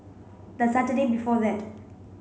the Saturday before that